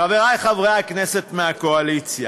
חברי חברי הכנסת מהקואליציה,